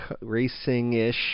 racing-ish